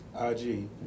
IG